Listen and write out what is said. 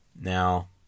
Now